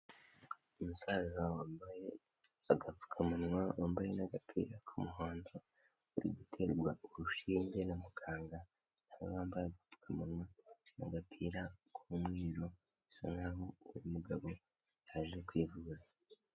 Umusaza wambaye agapfukamunwa, wambaye n'agapira k'umuhondo, uri guterwa urushinge na muganga na we wambaye agapfukamunwa n'agapira k'umweru bisa nkaho uwo mugabo yaje kwivuza.